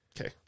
Okay